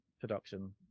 production